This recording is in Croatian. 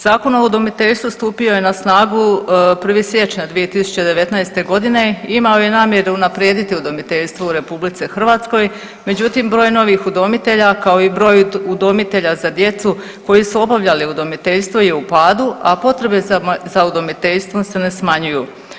Zakon o udomiteljstvu stupio je na snagu 1. siječnja 2019.g. i imao je namjeru unaprijediti udomiteljstvo u RH, međutim broj novih udomitelja kao i broj udomitelja za djecu koji su obavljali udomiteljstvo je u padu, a potrebe za udomiteljstvom se ne smanjuju.